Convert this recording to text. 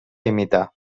imitar